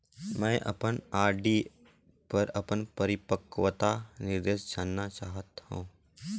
मैं अपन आर.डी पर अपन परिपक्वता निर्देश जानना चाहत हों